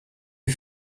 est